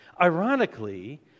Ironically